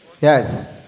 Yes